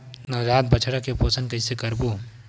नवजात बछड़ा के पोषण कइसे करबो?